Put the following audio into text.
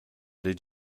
did